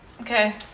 Okay